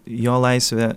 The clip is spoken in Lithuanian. jo laisvė